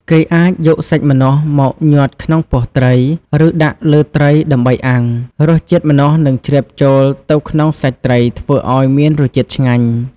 គេអាចយកសាច់ម្នាស់មកញាត់ក្នុងពោះត្រី ឬដាក់លើត្រីដើម្បីអាំង។ រសជាតិម្នាស់នឹងជ្រាបចូលទៅក្នុងសាច់ត្រីធ្វើឱ្យមានរសជាតិឆ្ងាញ់។